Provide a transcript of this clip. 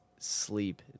sleep